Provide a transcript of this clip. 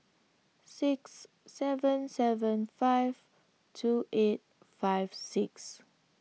six seven seven five two eight five six